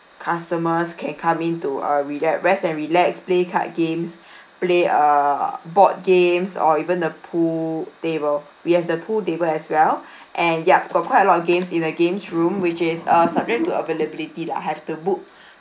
customers can come in to uh relax rest and relax play card games play uh board games or even the pool table we have the pool table as well and yup for quite a lot of games in the games room which is uh subject to availability lah have to book